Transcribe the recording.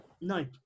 no